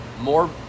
More